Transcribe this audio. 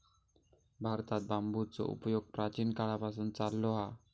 भारतात बांबूचो उपयोग प्राचीन काळापासून चाललो हा